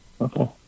Okay